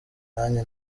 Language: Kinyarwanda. nange